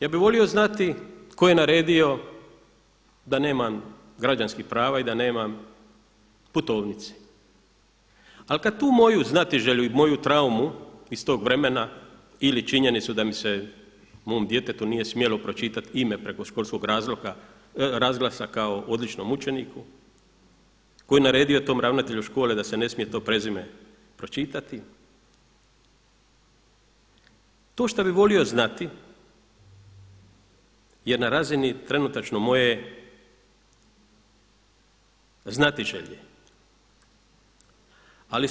Ja bih volio znati tko je naredio da nemam građanskih prava i da nemam putovnice, ali kada tu moju znatiželju i moju traumu iz tog vremena ili činjenicu da mi se mom djetetu nije smjelo pročitati ime preko školskog razglasa kao odličnom učeniku, koji je naredio tom ravnatelju škole da se ne smije to prezime pročitati, to šta bi volio znati je na razini trenutačno moje znatiželje.